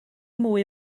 mwy